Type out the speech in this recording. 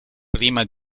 prima